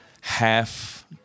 half